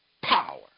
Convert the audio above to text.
power